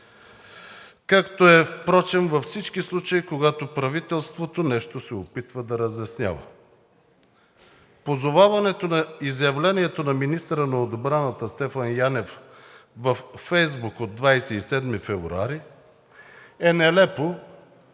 както е впрочем във всички случаи, когато правителството нещо се опитва да разяснява. Позоваването на изявлението на министъра на отбраната Стефан Янев във Фейсбук от 27 февруари е нелепо,